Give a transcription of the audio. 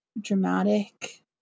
dramatic